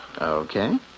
Okay